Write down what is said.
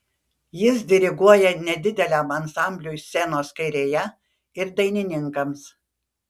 jis diriguoja nedideliam ansambliui scenos kairėje ir dainininkams